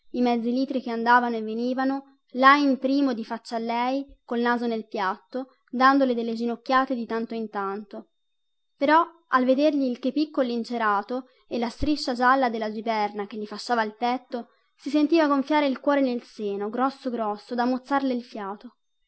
i mezzi litri che andavano e venivano lajn primo di faccia a lei col naso nel piatto dandole delle ginocchiate di tanto in tanto però al vedergli il chepì collincerato e la striscia gialla della giberna che gli fasciava il petto si sentiva gonfiare il cuore nel seno grosso grosso da mozzarle il fiato